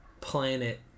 planet